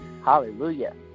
Hallelujah